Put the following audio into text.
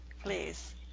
please